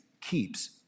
keeps